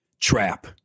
Trap